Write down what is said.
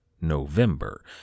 November